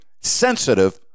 sensitive